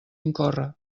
incórrer